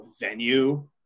venue